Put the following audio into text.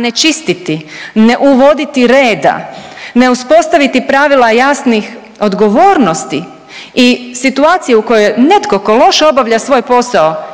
ne čistiti, ne uvoditi reda, ne uspostaviti pravila jasnih odgovornosti i situacije u kojoj netko tko loše obavlja svoj posao